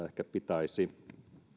ehkä pitäisi